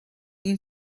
این